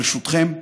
ברשותכם,